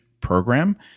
program